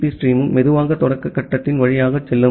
B ஸ்ட்ரீமும் மெதுவான தொடக்க கட்டத்தின் வழியாக செல்லும்